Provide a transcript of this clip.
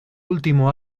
último